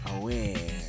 away